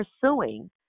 pursuing